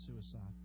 suicide